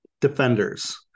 defenders